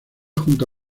junto